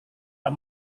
pak